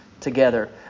together